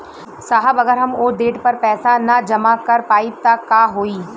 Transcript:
साहब अगर हम ओ देट पर पैसाना जमा कर पाइब त का होइ?